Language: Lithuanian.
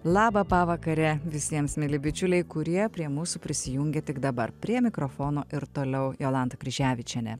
labą pavakarę visiems mieli bičiuliai kurie prie mūsų prisijungia tik dabar prie mikrofono ir toliau jolanta kryževičienė